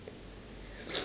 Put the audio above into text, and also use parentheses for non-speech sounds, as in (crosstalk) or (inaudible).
(noise)